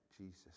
Jesus